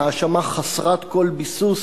האשמה חסרת כל ביסוס,